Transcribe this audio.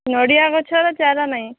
ନଡ଼ିଆ ଗଛର ଚାରା ନାହିଁ